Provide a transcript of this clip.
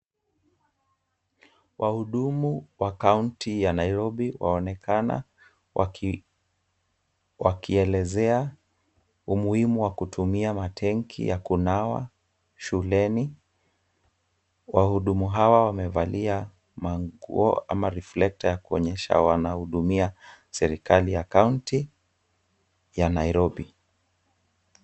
Wahudumu wa kaunti ya Nairobi waonekana waki wakielezea umuhimu wa kutumia matenki ya kunawa shuleni. Wahudumu hawa wamevalia manguo ama reflekta ya kuonyesha wanahudumia serikali ya kaunti ya Nairobi.